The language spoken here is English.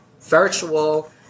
virtual